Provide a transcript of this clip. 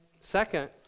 Second